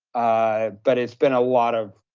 ah but it's been a lot of,